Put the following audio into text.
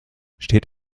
steht